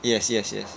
yes yes yes